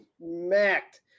smacked